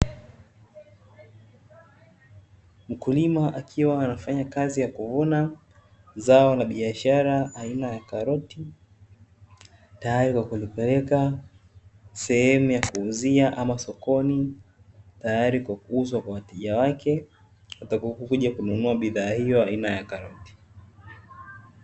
Mkulima akiwa anafanya kazi ya kuvuna zao na biashara aina ya karoti. Tayari kwa kulipeleka sehemu ya kuuzia ama sokoni, tayari kwa kuuzwa kwa wateja wake utakapokuja kununua bidhaa hiyo aina ya karoti.